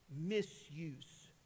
misuse